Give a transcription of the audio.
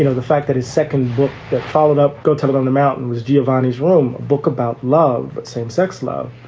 you know the fact that his second book that followed up, go tell it on the mountain was giovanni's room book about love, same sex love.